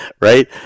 right